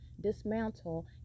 dismantle